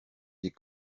des